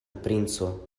princo